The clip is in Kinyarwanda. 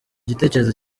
gitekerezo